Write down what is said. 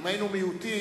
אם היינו מיעוטים,